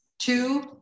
two